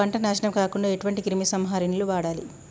పంట నాశనం కాకుండా ఎటువంటి క్రిమి సంహారిణిలు వాడాలి?